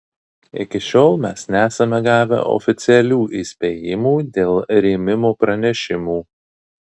iki šiol mes nesame gavę oficialių įspėjimų dėl rėmimo pranešimų